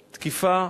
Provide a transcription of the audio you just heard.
תקיפה.